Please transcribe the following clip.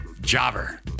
Jobber